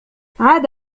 عاد